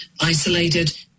isolated